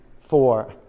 four